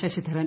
Sasidharan